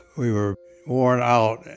we were worn out,